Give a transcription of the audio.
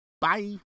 Bye